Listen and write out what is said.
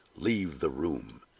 leave the room!